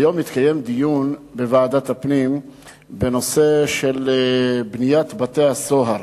היום התקיים דיון בוועדת הפנים בנושא של בניית בתי-הסוהר,